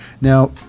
Now